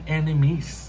enemies